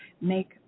make